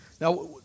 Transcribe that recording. Now